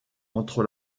entre